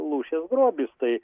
lūšies grobis tai